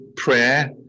Prayer